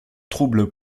troubles